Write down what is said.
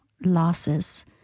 losses